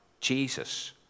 Jesus